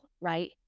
right